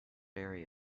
area